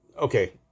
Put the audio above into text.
Okay